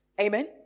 Amen